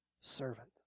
servant